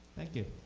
thank you.